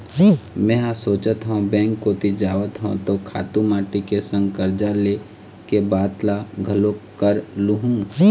मेंहा सोचत हव बेंक कोती जावत हव त खातू माटी के संग करजा ले के बात ल घलोक कर लुहूँ